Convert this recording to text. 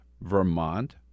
Vermont